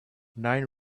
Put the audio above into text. nine